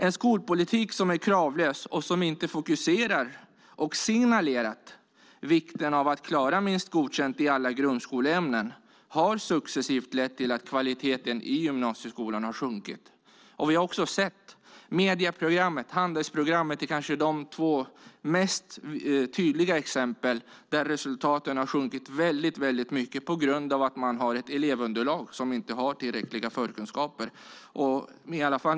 En skolpolitik som är kravlös och som inte fokuserar på och signalerar vikten av att klara minst Godkänd i alla grundskoleämnen har successivt lett till att kvaliteten i gymnasieskolan har sjunkit. Vi har sett det på medieprogrammet och handelsprogrammet. Det är kanske de två tydligaste exemplen där resultaten har sjunkit väldigt mycket på grund av att man har ett elevunderlag som inte har tillräckliga förkunskaper.